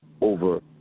over